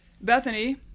Bethany